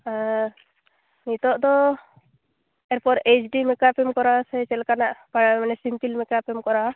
ᱱᱤᱛᱚᱜ ᱫᱚᱱ ᱮᱨᱯᱚᱨ ᱮᱭᱤᱪ ᱰᱤ ᱢᱮᱠᱟᱯ ᱮᱢ ᱠᱚᱨᱟᱣ ᱟᱥᱮ ᱪᱮᱫ ᱞᱮᱠᱟᱱᱟᱜ ᱯᱟᱭ ᱢᱟᱱᱮ ᱥᱤᱢᱯᱤᱞ ᱢᱮᱠᱟᱯ ᱮᱢ ᱠᱚᱨᱟᱣᱟ